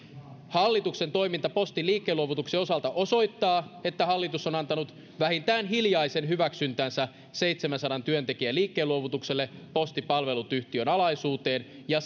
hallituksen toiminta postin liikkeenluovutuksen osalta osoittaa että hallitus on antanut vähintään hiljaisen hyväksyntänsä seitsemänsadan työntekijän liikkeenluovutukselle posti palvelut yhtiön alaisuuteen ja